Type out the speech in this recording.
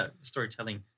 storytelling